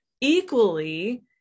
Equally